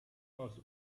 was